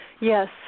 Yes